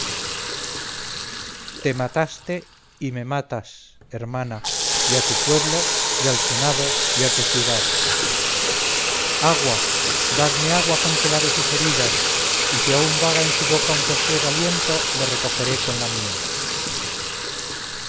t mataste y me matas hermana y a tu pueblo y al senado y a tu ciudad agua dadme agua con que lave sus heridas y si aun vaga en su boca un postrer aliento le recogeré con la mía